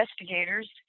investigators